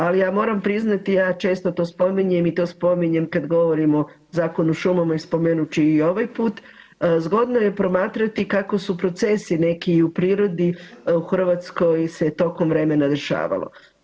Ali ja moram priznati, ja često to spominjem i to spominjem kad govorimo Zakon o šumama i spomenut ću i ovaj put, zgodno je promatrati kako su procesi neki i u prirodi u Hrvatskoj se tokom vremena dešavalo.